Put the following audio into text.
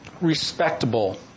respectable